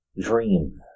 dream